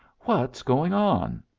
what's going on?